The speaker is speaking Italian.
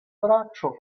braccio